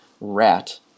rat